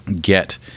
get